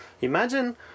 imagine